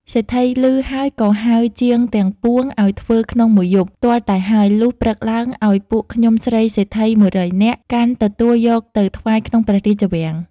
សេដ្ឋីឮ ហើយក៏ហៅជាងទាំងពួងអោយធ្វើក្នុង១ យប់ ទាល់តែហើយ លុះព្រឹកឡើងអោយពួក ខ្ញុំស្រីសេដ្ឋី ១០០នាក់ កាន់ទួលយកទៅថ្វាយក្នុងព្រះរាជវាំង ។